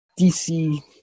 DC